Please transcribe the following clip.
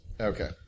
Okay